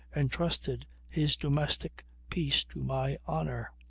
entrusted his domestic peace to my honour.